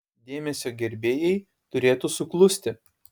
dėmesio gerbėjai turėtų suklusti